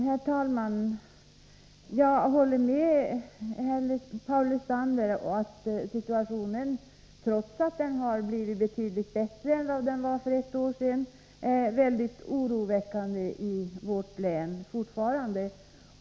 Herr talman! Jag håller med Paul Lestander om att situationen i vårt län — trots att den har blivit betydligt bättre än vad den var för ett år sedan — fortfarande är mycket oroväckande.